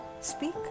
Speak